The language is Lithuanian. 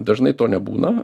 dažnai to nebūna